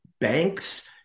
banks